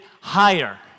higher